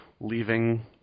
leaving